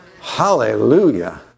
Hallelujah